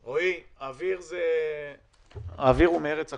רועי, האוויר הוא מארץ הקודש,